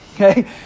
Okay